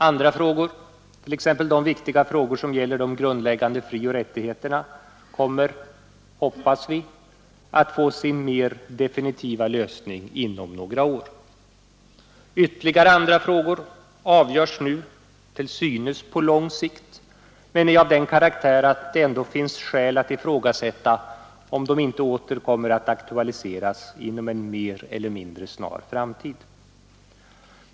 Andra frågor, t.ex. de viktiga frågor som gäller de grundläggande frioch rättigheterna, kommer — hoppas vi — att få sin mer definitiva lösning inom några år. Ytterligare andra frågor avgörs nu till synes på lång sikt men är av den karaktären att det ändå finns skäl att ifrågasätta om de inte kommer att aktualiseras inom en mer eller mindre snar framtid.